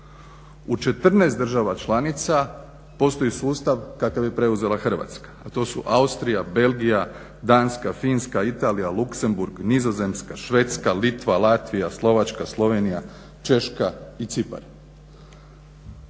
U 14 država članica postoji sustav kakav je preuzela Hrvatska, a to su Austrija, Belgija, Danska, Finska, Italija, Luksemburg, Nizozemska, Švedska, Litva, Latvija, Slovačka, Slovenija, Češka i Cipar.